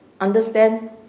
understand